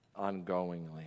ongoingly